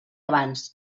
abans